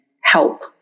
help